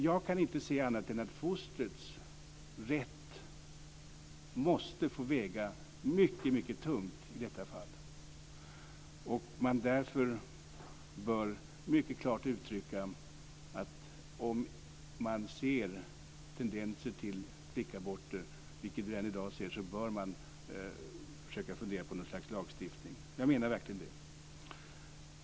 Jag kan inte se annat än att fostrets rätt måste få väga mycket tungt i detta fall. Därför bör man mycket klart uttrycka att om man ser tendenser till aborter av flickfoster, vilket vi redan i dag ser, bör man försöka fundera på något slags lagstiftning. Jag menar verkligen det.